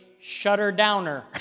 shutter-downer